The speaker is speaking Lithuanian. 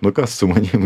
nu kas su manim